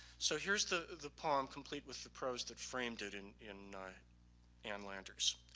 so here's the the poem complete with the prose that framed it in in ann landers.